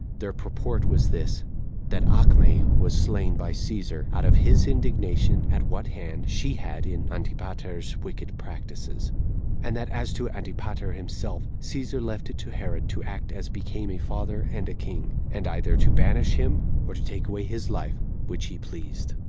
their purport was this that acme was slain by caesar, out of his indignation at what hand, she had in antipater's wicked practices and that as to antipater himself, caesar left it to herod to act as became a father and a king, and either to banish him, or to take away his life, which he pleased.